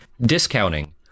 discounting